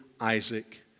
Isaac